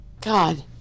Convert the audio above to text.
god